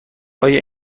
آیا